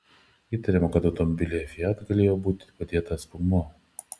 įtariama kad automobilyje fiat galėjo būti padėtas sprogmuo